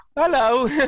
hello